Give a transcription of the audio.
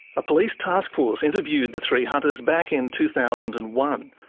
a police task force interviewed the three hunters back in two thousand and one.